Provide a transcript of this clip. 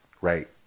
right